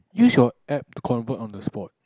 use your app to convert on the spot